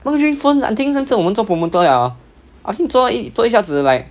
L_G phones I think 上次我们做 promoter liao I think 做到一做一下子 like